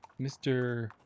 Mr